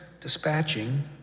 dispatching